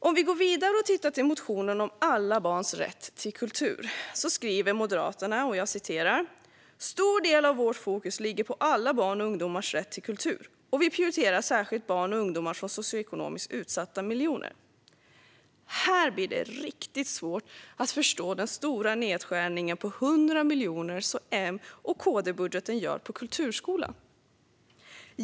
Om vi går vidare och tittar på motionen om alla barns rätt till kultur ser vi att Moderaterna skriver: "Stor del av vårt fokus ligger på alla barn och ungdomars rätt till kultur, och vi prioriterar särskilt barn och ungdomar från socioekonomiskt utsatta miljöer." Här blir det riktigt svårt att förstå den stora nedskärning om 100 miljoner som M och KD-budgeten gör på kulturskolan.